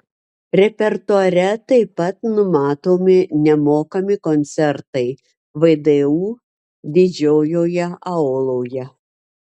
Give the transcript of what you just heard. repertuare taip pat numatomi nemokami koncertai vdu didžiojoje auloje